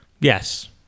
Yes